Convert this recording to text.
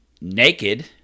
naked